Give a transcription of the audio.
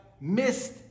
missed